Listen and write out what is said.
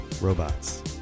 Robots